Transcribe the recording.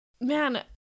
man